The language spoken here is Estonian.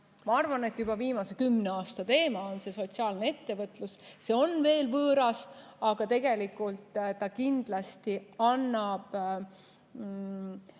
ma arvan, et juba viimase kümne aasta teema on see sotsiaalne ettevõtlus. See on veel võõras, aga tegelikult ta kindlasti on